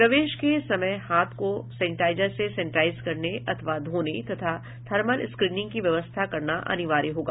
प्रवेश के समय हाथ को सेनेटाइजर से सेनेटाइज करने अथवा धोने तथा थर्मल स्क्रीनिंग की व्यवस्था करना अनिवार्य होगा